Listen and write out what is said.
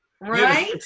Right